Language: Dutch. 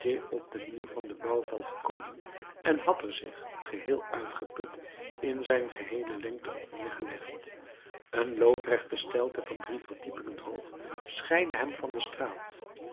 op den muur van den bouwval gekomen en had er zich geheel uitgeput in zijn geheele lengte op neergelegd een loodrechte steilte van drie verdiepingen hoog scheidde hem van de straat